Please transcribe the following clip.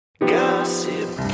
Gossip